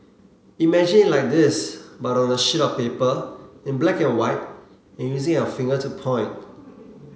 imagine it like this but on a sheet of paper in black and white and using your finger to point